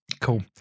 Cool